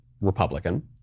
Republican